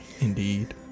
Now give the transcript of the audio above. Indeed